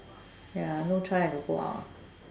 ya no choice have to go out